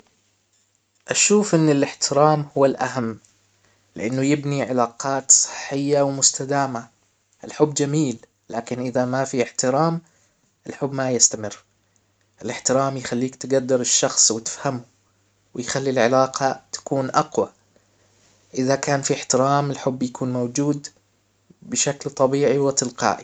اشوف ان الاحترام هو الاهم لانه يبني علاقات صحية ومستدامة الحب جميل، لكن اذا ما في احترام الحب ما يستمر الاحترام يخليك تجدر الشخص وتفهم ويخلي العلاقة تكون اقوى اذا كان في احترام الحب يكون موجود بشكل طبيعي وتلقائي